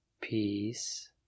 Peace